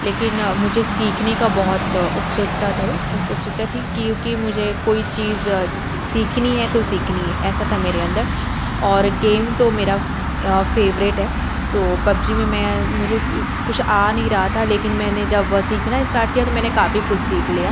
लेकिन मुझे सीखने का बहुत उत्सुकता था उत्सुकता थी क्योंकि मुझे कोई चीज़ सीखनी है तो सीखनी है ऐसा था मेरे अंदर और गेम तो मेरा फे़वरेट है तो पब्जी में मैं मुझे कुछ आ नहीं रहा था लेकिन मैंने जब सीखना स्टार्ट किया तो मैंने काफ़ी कुछ सीख लिया